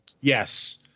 yes